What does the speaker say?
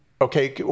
okay